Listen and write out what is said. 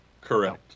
Correct